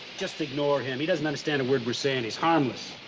just ignore him. he doesn't understand a word we're saying. he's harmless.